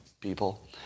people